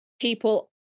people